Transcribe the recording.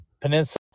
peninsula